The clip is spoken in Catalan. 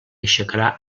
aixecarà